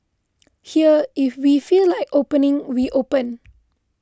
here if we feel like opening we open